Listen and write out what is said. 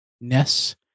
Ness